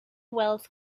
wealth